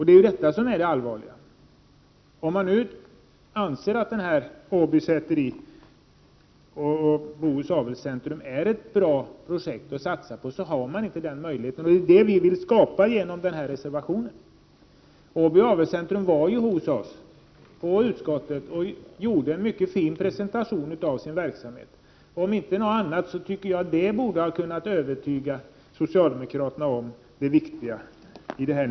Det är detta som är det allvarliga. Om man nu anser att Stiftelsen Bohus Avelscentrum — Åby Säteri är ett bra projekt att satsa på bör man skapa möjligheter för detta. Det är det vi vill göra genom reservationen. Representanter för stiftelsen har varit i utskottet och gjort en mycket fin presentation av sin verksamhet. Detta om inte annat borde ha kunnat övertyga socialdemokraterna om det viktiga i projektet.